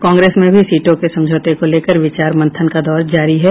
कांग्रेस में भी सीटों के समझौते को लेकर विचार मंथन का दौर जारी है